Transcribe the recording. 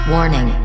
Warning